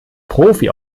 profi